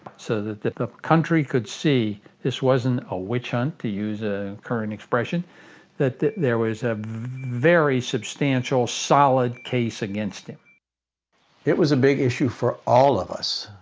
so that that the country could see this wasn't a witch hunt to use a current expression that that there was a very substantial, solid case against him it was a big issue for all of us,